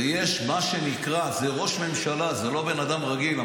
וזה ראש ממשלה, זה לא בן אדם רגיל.